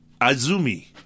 Azumi